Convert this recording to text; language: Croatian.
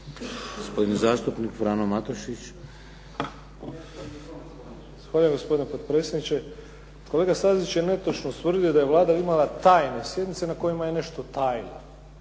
**Matušić, Frano (HDZ)** Zahvaljujem gospodine potpredsjedniče. Kolega Stazić je netočno ustvrdio da je Vlada imala tajne sjednice na kojima je nešto tajila.